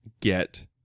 get